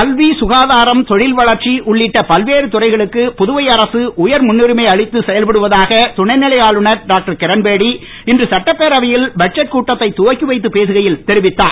கல்விசுகாதாரம்தொழில்வளர்ச்சி உள்ளிட்ட பல்வேறு துறைகளுக்கு புதுவை அரசு உயர் முன்னுரிமை அளித்து செயல்படுவதாக துணைநிலை ஆளுநர் டாக்டர் கிரண்பேடி இன்று சட்டப்பேரவையில் பட்ஜெட் கூட்டத்தை துவக்கி வைத்து பேசுகையில் தெரிவித்தார்